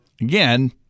again